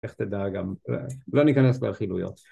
איך תדע גם, לא ניכנס לרכילויות.